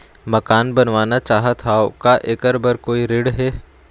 मकान बनवाना चाहत हाव, का ऐकर बर कोई ऋण हे?